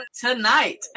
Tonight